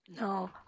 No